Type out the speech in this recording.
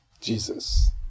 Jesus